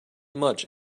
much